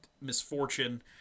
misfortune